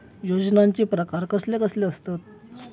योजनांचे प्रकार कसले कसले असतत?